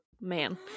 man